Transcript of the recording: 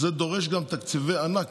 זה דורש גם תקציבי ענק,